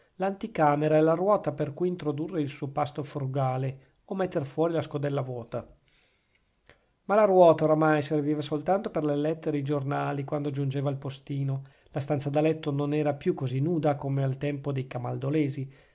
l'anticamera e la ruota per cui introdurre il suo pasto frugale o metter fuori la scodella vuota ma la ruota oramai serviva soltanto per le lettere e i giornali quando giungeva il postino la stanza da letto non era più così nuda come al tempo dei camaldolesi